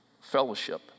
fellowship